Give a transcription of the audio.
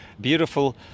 Beautiful